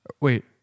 Wait